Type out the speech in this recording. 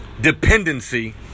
dependency